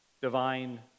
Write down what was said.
divine